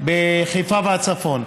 בחיפה והצפון,